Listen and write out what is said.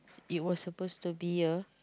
it was supposed to be a